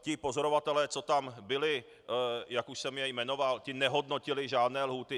Ti pozorovatelé, co tam byli, jak už jsem je jmenoval, ti nehodnotili žádné lhůty.